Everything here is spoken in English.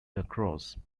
lacrosse